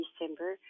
December